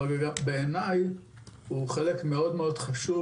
אבל בעיני הוא חלק מאוד מאוד חשוב